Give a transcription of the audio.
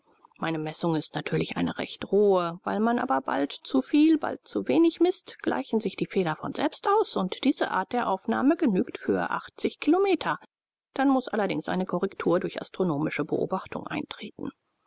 meine messung ist natürlich eine recht rohe weil man aber bald zu viel bald zu wenig mißt gleichen sich die fehler von selber aus und diese art der aufnahme genügt für achtzig kilometer dann muß allerdings eine korrektur durch astronomische beobachtung eintreten